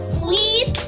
please